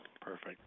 Perfect